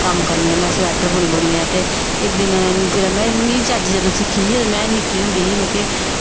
कम्म करनी आं में स्वेटर बुनी बुनियै में ते इक दिन जेल्लै में चज्ज जदूं सिक्खी ही ते में निक्की होंदी ही ते